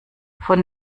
von